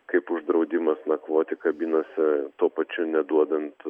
kaip uždraudimas nakvoti kabinose tuo pačiu neduodant